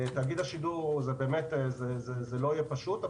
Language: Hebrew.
לתאגיד השידור זה לא יהיה פשוט,